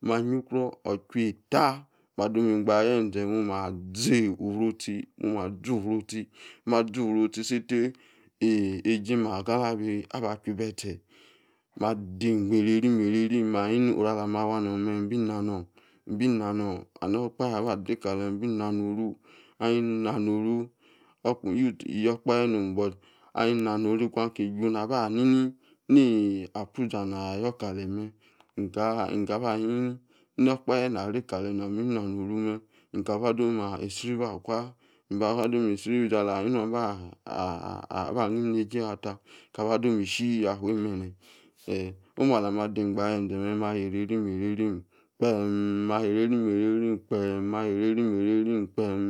Mah-nyuh-kror or-chwueittab ma do mei-gba ayenge momah zi ura-oh-tchi, momah-zi uru-oh-echi mah-zu-ru-oh-tchi seitei eech ejeim agalabi-chwy beh-tse, madım, meireiram-meireirim mani-oru alama wuah-nom meh imbinati-nun, imbi-nanun, and okpahe dei-kalem imbi na-no-uruh ahin na-nohoruh, oor-uch- yor-kpahe no'm but ahin nanoruh kwan kiju, nabahini, nii abruza na-yor kalem meh, nka nkaba nini nor-okpahe na-rei kalem, nah mi na-noh ruh-meb, inka-ba domah-igri-ibi akwah, ahmbaba domah-lzribi aza lani nua baa-ah ah ahnim neijei yatah, kaba-dome-shi-yahfueim bench reh omu-alamah-der-gba yengen-meh-mah teireirim- eirim kpeem erri-eirim kpeem mah-yeireirim kpem